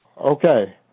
Okay